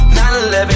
9-11